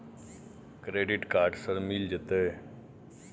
Credit card sir मिल जेतै?